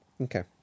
Okay